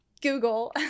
google